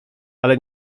ale